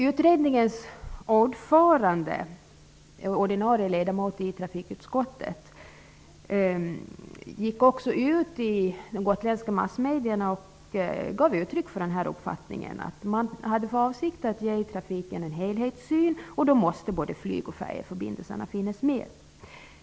Utredningens ordförande, som är ordinarie ledamot i trafikutskottet, gick ut i gotländska massmedierna och gav uttryck för denna uppfattning. Man hade för avsikt att anlägga en helhetssyn på trafiken. Då måste både flyg och färjeförbindelserna finnas med.